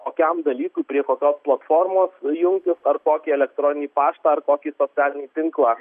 kokiam dalykui prie kokios platformos jungtis ar kokį elektroninį paštą ar kokį socialinį tinklą